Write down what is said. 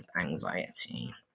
anxiety